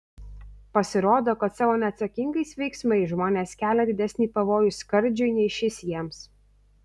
pasirodo kad savo neatsakingais veiksmais žmonės kelia didesnį pavojų skardžiui nei šis jiems